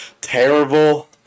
terrible